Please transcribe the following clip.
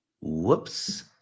whoops